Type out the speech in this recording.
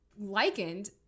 Likened